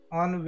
on